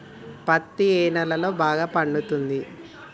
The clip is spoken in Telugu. పత్తి ఏ నేలల్లో బాగా పండుతది?